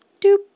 doop